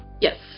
Yes